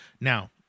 Now